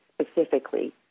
specifically